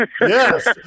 Yes